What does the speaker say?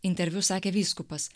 interviu sakė vyskupas